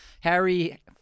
Harry